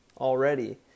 already